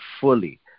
fully